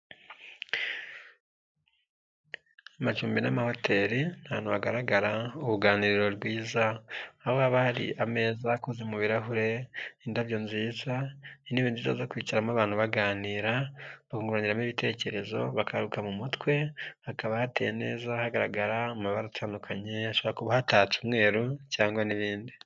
Amacumbi n'amahoteli ni ahantu hagaragara uruganiriro rwiza, aho haba hari ameza akoze mu birahure, indabyo nziza zo kwicaramo abantu baganira, bunguranamo ibitekerezo bakaba baruhuka mu mutwe, hakaba hateye neza hagaragara amabara atandukanye, hashobora kuba hatatse umweru cyangwa n'ibindi.